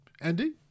Andy